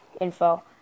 info